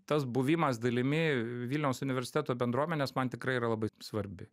tas buvimas dalimi vilniaus universiteto bendruomenės man tikrai yra labai svarbi